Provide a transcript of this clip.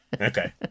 Okay